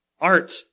art